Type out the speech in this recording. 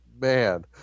man